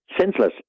senseless